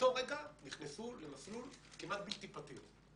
באותו רגע נכנסו למסלול כמעט בלתי פתיר.